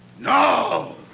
No